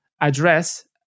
address